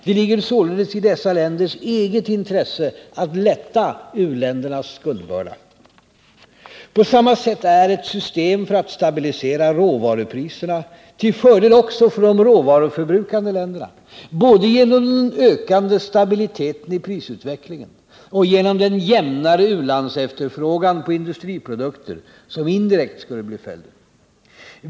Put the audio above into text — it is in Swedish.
Det ligger således i dessa länders eget intresse att lätta u-ländernas skuldbörda. På samma sätt är ett system för att stabilisera råvarupriserna till fördel också för de råvaruförbrukande länderna, både genom den ökande stabiliteten i prisutvecklingen och genom den jämnare u-landsefterfrågan på industriprodukter som indirekt skulle bli följden.